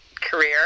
career